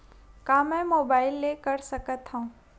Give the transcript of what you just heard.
का मै मोबाइल ले कर सकत हव?